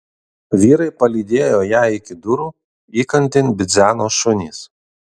vyrai palydėjo ją iki durų įkandin bidzeno šunys